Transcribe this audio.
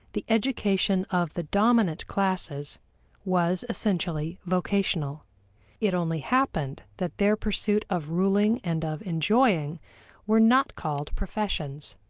the education of the dominant classes was essentially vocational it only happened that their pursuits of ruling and of enjoying were not called professions.